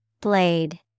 Blade